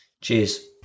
Cheers